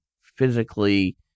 physically